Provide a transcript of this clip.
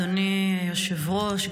אדוני היושב-ראש,